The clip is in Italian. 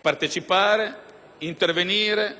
partecipare, intervenire,